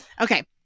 Okay